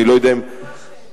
אני לא יודע אם, זו השאלה.